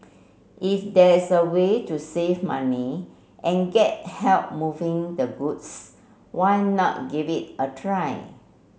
if there's a way to save money and get help moving the goods why not give it a try